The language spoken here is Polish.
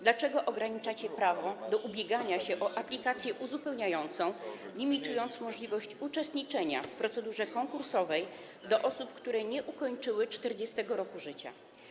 Dlaczego ograniczacie prawo do ubiegania się o aplikację uzupełniającą, limitując możliwość uczestniczenia w procedurze konkursowej do osób, które nie ukończyły 40. roku życia?